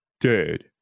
dude